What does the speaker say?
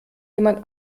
jemand